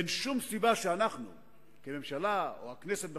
אין שום סיבה שאנחנו כממשלה, או הכנסת בחקיקה,